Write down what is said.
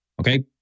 okay